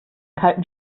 kalten